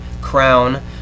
crown